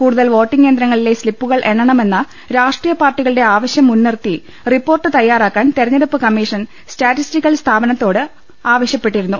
കൂടുതൽ വോട്ടിംഗ് യന്ത്രങ്ങളിലെ സ്തിപ്പു കൾ എണ്ണണമെന്ന രാഷ്ട്രീയ പാർട്ടികളുടെ ആവശ്യം മുൻനിർത്തി റിപ്പോർട്ട് തയ്യാറാക്കാൻ തെരഞ്ഞെടുപ്പ് കമ്മീഷൻ സ്റ്റാറ്റിസ്റ്റിക്കൽ സ്ഥാപ ന നത്തോട് ആവശ്യപ്പെട്ടിരുന്നു